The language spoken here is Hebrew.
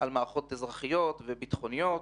מערכות אזרחיות וביטחוניות.